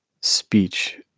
speech